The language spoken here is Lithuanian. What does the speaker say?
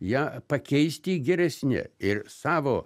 ją pakeisti geresne ir savo